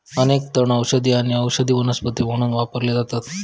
अनेक तण औषधी आणि औषधी वनस्पती म्हणून वापरले जातत